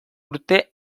urte